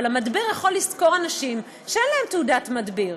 אבל המדביר יכול לשכור אנשים שאין להם תעודת מדביר.